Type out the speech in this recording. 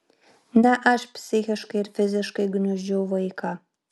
ne aš psichiškai ir fiziškai gniuždžiau vaiką